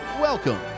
welcome